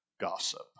gossip